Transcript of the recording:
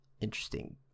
interesting